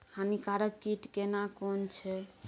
हानिकारक कीट केना कोन छै?